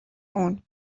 اون